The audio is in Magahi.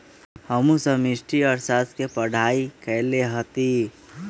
हमहु समष्टि अर्थशास्त्र के पढ़ाई कएले हति